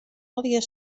allegear